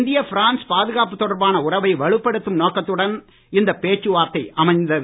இந்திய பிரான்ஸ் பாதுகாப்பு தொடர்பான உறவை வலுப்படுத்தும் நோக்கத்துடன் இந்த பேச்சுவார்த்தை அமைந்தது